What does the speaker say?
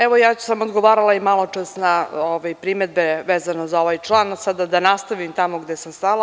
Evo, ja sam i maločas odgovarala na primedbe vezano za ovaj član, sada da nastavim tamo gde sam stala.